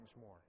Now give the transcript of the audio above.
more